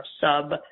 sub